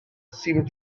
seemed